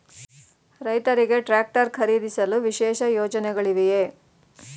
ರೈತರಿಗೆ ಟ್ರಾಕ್ಟರ್ ಖರೀದಿಸಲು ವಿಶೇಷ ಯೋಜನೆಗಳಿವೆಯೇ?